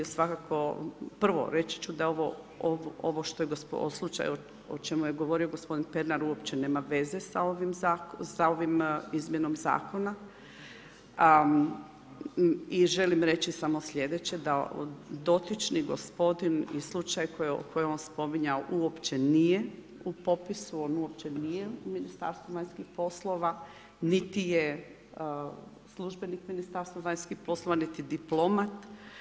Svakako prvo reći ću da ovo, slučaj o čemu je govorio gospodin Pernar uopće nema veze sa ovom izmjenom zakona i želim reći samo sljedeće, da dotični gospodin i slučaj koji je on spominjao uopće nije u popisu, on uopće nije u Ministarstvu vanjskih poslova niti je službenik Ministarstva vanjskih poslova, niti diplomat.